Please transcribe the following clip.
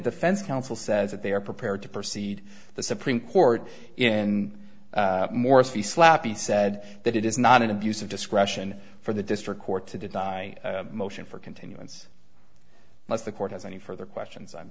defense counsel says that they are prepared to proceed the supreme court in morris the slappy said that it is not an abuse of discretion for the district court to deny motion for continuance lets the court has any further questions i'm